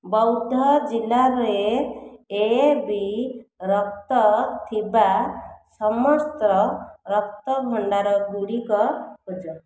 ବୌଦ୍ଧ ଜିଲ୍ଲାରେ ଏବି ରକ୍ତ ଥିବା ସମସ୍ତ ରକ୍ତ ଭଣ୍ଡାରଗୁଡ଼ିକ ଖୋଜ